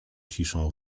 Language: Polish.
ciszą